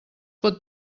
pot